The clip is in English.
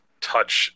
touch